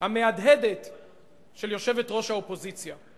הריקנות המהדהדת של יושבת-ראש האופוזיציה.